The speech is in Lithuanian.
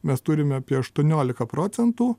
mes turime apie aštuoniolika procentų